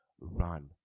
run